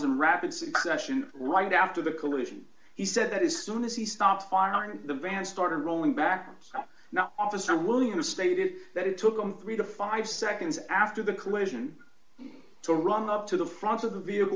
succession right after the collision he said that is soon as he stopped firing the van started rolling backwards now officer williams stated that it took him three to five seconds after the collision to run up to the front of the vehicle